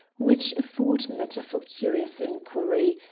which afford matter for curious inquiry,